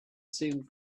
seemed